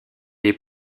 est